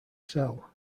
cell